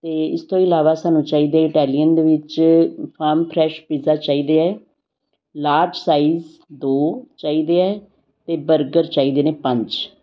ਅਤੇ ਇਸ ਤੋਂ ਇਲਾਵਾ ਸਾਨੂੰ ਚਾਹੀਦਾ ਇਟਾਲੀਅਨ ਦੇ ਵਿੱਚ ਫਰਮ ਫਰੈਸ਼ ਪੀਜਾ ਚਾਹੀਦੇ ਹੈ ਲਾਰਜ ਸਾਈਜ ਦੋ ਚਾਹੀਦੇ ਹੈ ਅਤੇ ਬਰਗਰ ਚਾਹੀਦੇ ਨੇ ਪੰਜ